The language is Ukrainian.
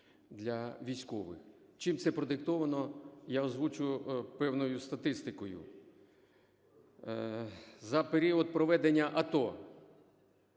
Чим це продиктовано, я озвучу певною статистикою. За період проведення АТО